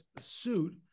suit